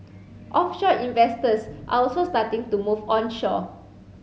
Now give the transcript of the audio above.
offshore investors are also starting to move onshore